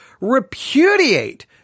repudiate